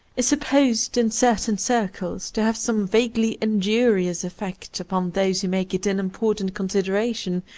is supposed, in certain circles, to have some vaguely injurious effect upon those who make it an important consideration,